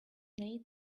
nate